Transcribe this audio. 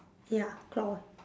ya clockwise